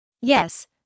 Yes